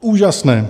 Úžasné!